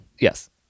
Yes